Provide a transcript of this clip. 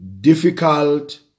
Difficult